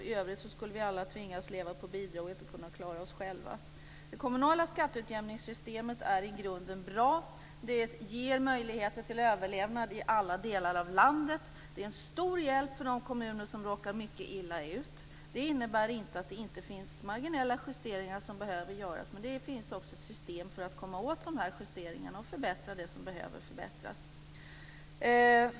I övrigt skulle vi alla tvingas leva på bidrag och inte kunna klara oss själva. Det kommunala skatteutjämningssystemet är i grunden bra. Det ger möjligheter till överlevnad i alla delar av landet. Det är en stor hjälp för de kommuner som råkat mycket illa ut. Det innebär inte att det inte finns marginella justeringar som behöver göras. Men det finns också ett system för att göra de justeringar och förbättra det som behöver förbättras.